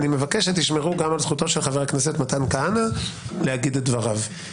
אני מבקש שתשמרו גם על זכותו של חבר הכנסת מתן כהנא להגיד את דבריו.